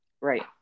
Right